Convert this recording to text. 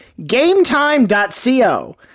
GameTime.co